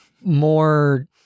more